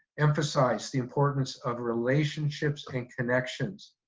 emphasize the importance of relationships and connections.